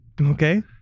Okay